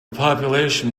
population